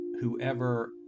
whoever